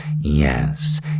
Yes